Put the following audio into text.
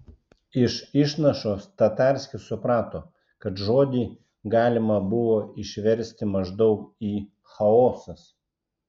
iš išnašos tatarskis suprato kad žodį galima buvo išversti maždaug į chaosas